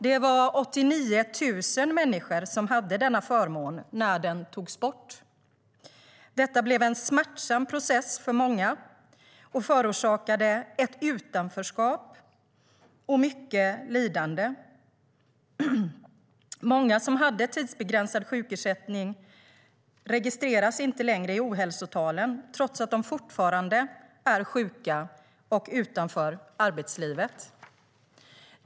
Det var 89 000 människor som hade denna förmån när den togs bort. Detta blev för många en smärtsam process som förorsakade ett utanförskap och mycket lidande. Många som hade tidsbegränsad sjukersättning registreras inte längre i ohälsotalen, trots att de fortfarande är sjuka och står utanför arbetslivet.